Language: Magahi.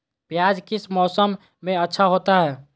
प्याज किस मौसम में अच्छा होता है?